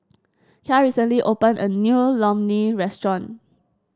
Kya recently opened a new Imoni restaurant